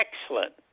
excellent